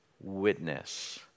witness